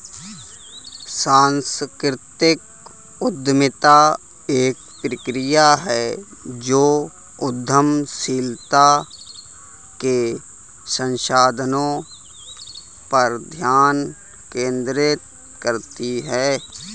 सांस्कृतिक उद्यमिता एक प्रक्रिया है जो उद्यमशीलता के संसाधनों पर ध्यान केंद्रित करती है